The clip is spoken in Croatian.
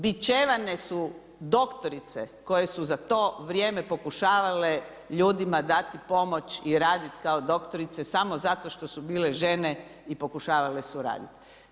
Bičevane su doktorice koje su za to vrijeme pokušavale ljudima dati pomoći i raditi kao doktorice samo zato što su bile žene i pokušavale su raditi.